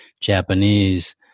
Japanese